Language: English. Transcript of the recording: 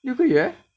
六个月